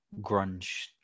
grunge